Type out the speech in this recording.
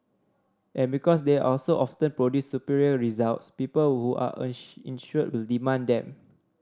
and because they also often produce superior results people who are insured will demand them